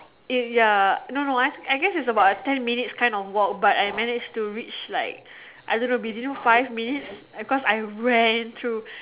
it ya no no I I guess is about a ten minutes kind of walk but I manage to reach like I don't know within five minutes because I ran through